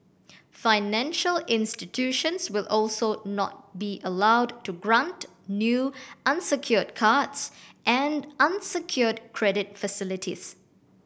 financial institutions will also not be allowed to grant new unsecured cards and unsecured credit facilities